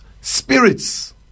Spirits